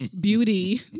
beauty